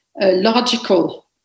logical